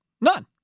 none